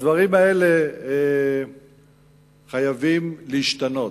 הדברים האלה חייבים להשתנות.